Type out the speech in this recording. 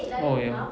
oh ya